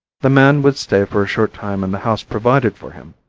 the man would stay for a short time in the house provided for him,